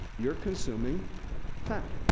you're consuming fat.